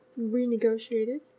renegotiated